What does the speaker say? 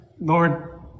Lord